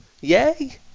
Yay